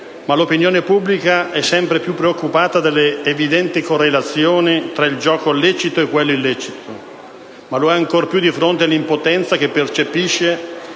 ma l'opinione pubblica è sempre più preoccupata dalle evidenti correlazioni tra il gioco lecito e quello illecito, ma lo è ancor più di fronte all'impotenza che percepisce